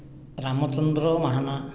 Ramachandra Mahana